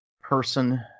person